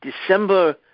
December